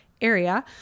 area